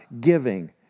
giving